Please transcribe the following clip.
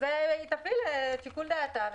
אז היא תפעיל את שיקול דעתה.